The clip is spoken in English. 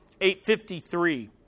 853